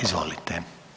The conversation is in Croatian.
Izvolite.